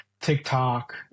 TikTok